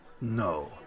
No